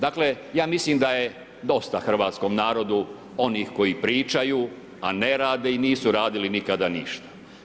Dakle ja mislim da je dosta hrvatskom narodu onih koji pričaju, a ne rade i nisu radili nikada ništa.